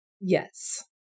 Yes